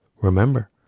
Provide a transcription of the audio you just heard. Remember